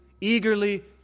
eagerly